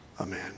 Amen